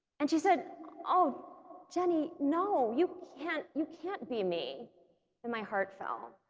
and she said oh jennie no, you can't you can't be me and my heart fell.